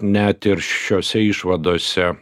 net ir šiose išvadose